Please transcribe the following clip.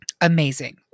amazing